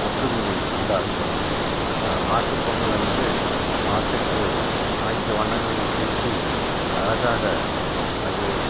ஒற்றுமையை உண்டாக்கும் மாட்டுப் பொங்கல் அன்று மாட்டுக்கு அனைத்து வண்ணங்களையும் தீட்டி அழகாக அது